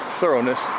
thoroughness